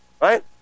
Right